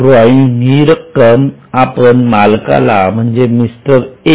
drawing ही रक्कम आपण मालकाला म्हणजे मिस्टर ए